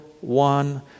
one